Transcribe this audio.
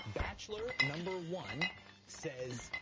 bachelor number one says,